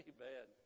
Amen